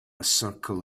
circle